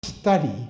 Study